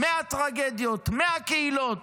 100 טרגדיות, 100 קהילות,